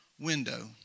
window